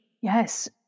Yes